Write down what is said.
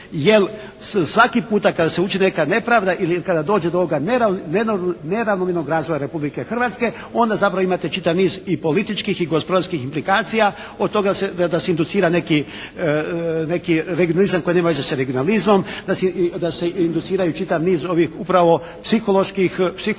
jer svaki puta kada se učini neka nepravda ili kada dođe do ovoga neravnomjernog razvoja Republike Hrvatske onda zapravo imate čitav niz i političkih i gospodarskih implikacija od toga da se inducira neki regionalizam koji nema veze sa regionalizmom, da se induciraju čitav niz ovih upravo psiholoških barijera